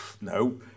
No